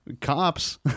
cops